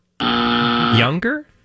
Younger